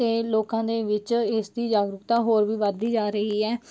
ਅਤੇ ਲੋਕਾਂ ਦੇ ਵਿੱਚ ਇਸ ਦੀ ਜਾਗਰੂਕਤਾ ਹੋਰ ਵੀ ਵੱਧਦੀ ਜਾ ਰਹੀ ਹੈ